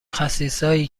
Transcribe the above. خسیسایی